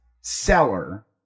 seller